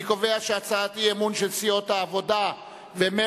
אני קובע שהצעת האי-אמון של סיעות העבודה ומרצ,